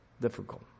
difficult